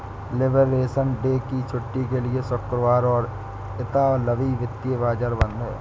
liberation day की छुट्टी के लिए शुक्रवार को इतालवी वित्तीय बाजार बंद हैं